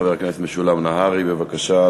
חבר הכנסת משולם נהרי, בבקשה.